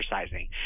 exercising